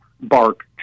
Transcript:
bark